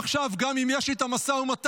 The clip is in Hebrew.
עכשיו גם אם יש איתם משא-ומתן,